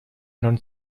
not